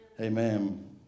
Amen